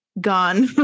gone